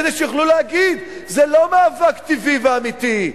כדי שיוכלו להגיד: זה לא מאבק טבעי ואמיתי,